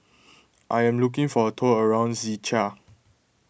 I am looking for a tour around Czechia